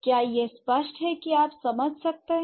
क्या यह स्पष्ट है कि आप समझ सकते हैं